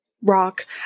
rock